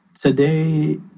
today